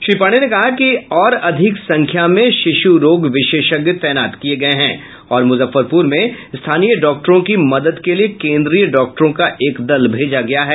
श्री पाण्डेय ने कहा कि और अधिक संख्या में शिशु रोग विशेषज्ञ तैनात किए गये हैं और मुजफ्फरपुर में स्थानीय डाक्टरों की मदद के लिए केन्द्रीय डाक्टरों का एक दल भेजा गया है